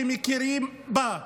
שמכירים בה.